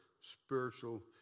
spiritual